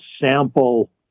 sample